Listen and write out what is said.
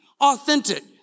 authentic